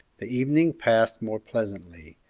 the evening passed more pleasantly,